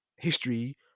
history